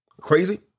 crazy